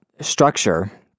structure